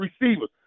receivers